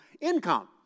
income